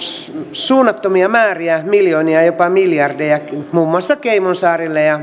suunnattomia määriä miljoonia jopa miljardejakin muun muassa caymansaarille ja